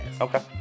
Okay